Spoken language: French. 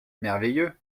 merveilleux